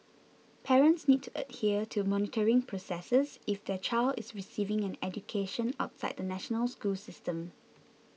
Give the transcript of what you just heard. parents need to adhere to monitoring processes if their child is receiving an education outside the national school system